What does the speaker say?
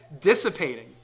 dissipating